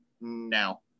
no